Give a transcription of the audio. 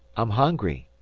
i'm hungry.